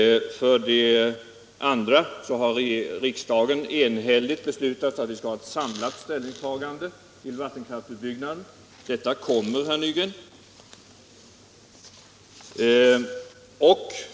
För det andra har riksdagen enhälligt beslutat att vi skall ha ett samlat ställningstagande till vattenkraftsutbyggnaden. Detta kommer, herr Nygren.